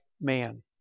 man